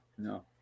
No